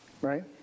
right